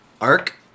Arc